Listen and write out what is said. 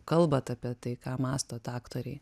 kalbat apie tai ką mąstot aktoriai